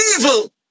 evil